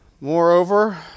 Moreover